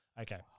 Okay